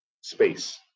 space